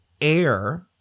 air